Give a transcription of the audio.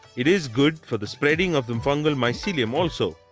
it is good for the spreading of the fungal mycelium also.